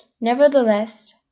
Nevertheless